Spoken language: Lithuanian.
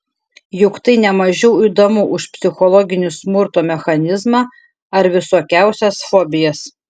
juk tai ne mažiau įdomu už psichologinį smurto mechanizmą ar visokiausias fobijas